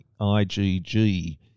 IgG